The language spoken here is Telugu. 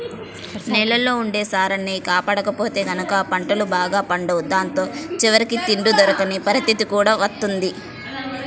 నేలల్లో ఉండే సారాన్ని కాపాడకపోతే గనక పంటలు బాగా పండవు దాంతో చివరికి తిండి దొరకని పరిత్తితి కూడా వత్తది